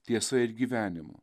tiesa ir gyvenimu